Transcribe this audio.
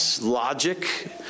Logic